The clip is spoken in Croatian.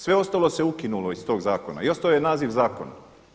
Sve ostalo se ukinulo iz tog zakona o ostao je naziv zakona.